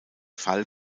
fall